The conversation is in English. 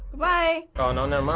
bye. oh no, never